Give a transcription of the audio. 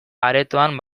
aretoan